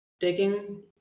taking